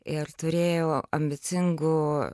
ir turėjau ambicingų